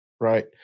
Right